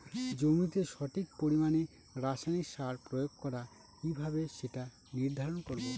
জমিতে সঠিক পরিমাণে রাসায়নিক সার প্রয়োগ করা কিভাবে সেটা নির্ধারণ করব?